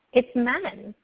it's men.